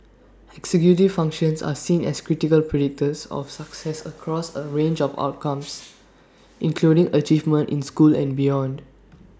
executive functions are seen as critical predictors of success across A range of outcomes including achievement in school and beyond